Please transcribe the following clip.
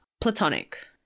platonic